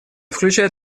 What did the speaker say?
включает